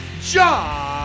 John